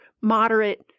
moderate